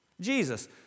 Jesus